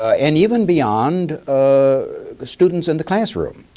and even beyond the students in the classroom,